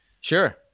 sure